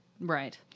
Right